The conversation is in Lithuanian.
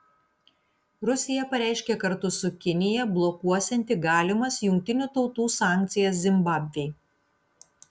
rusija pareiškė kartu su kinija blokuosianti galimas jungtinių tautų sankcijas zimbabvei